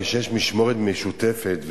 כשיש משמורת משותפת,